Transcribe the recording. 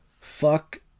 fuck